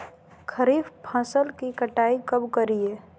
खरीफ फसल की कटाई कब करिये?